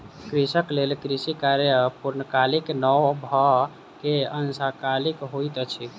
कृषक लेल कृषि कार्य पूर्णकालीक नै भअ के अंशकालिक होइत अछि